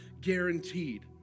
guaranteed